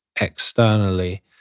externally